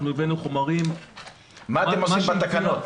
אנחנו הבאנו חומרים --- מה אתם עושים בתקנות,